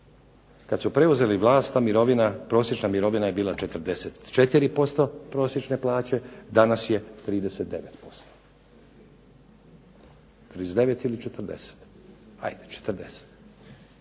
Kada su preuzeli vlast ta prosječna mirovina je bila 44% prosječne plaće, danas je 39%. 39 ili 40, ajde 40%.